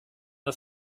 das